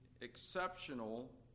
exceptional